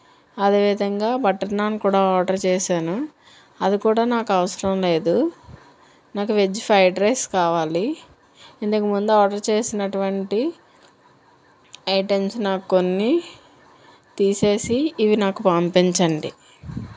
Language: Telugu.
అదేవిధంగా బటర్ నాన్ కూడా ఆర్డర్ చేశాను అది కూడా నాకు అవసరం లేదు నాకు వెజ్ ఫైడ్ రైస్ కావాలి ఇంతకుముందు ఆర్డర్ చేసినటువంటి ఐటమ్స్ నాకు కొన్ని తీసేసి ఇవి నాకు పంపించండి